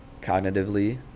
cognitively